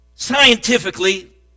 scientifically